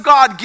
God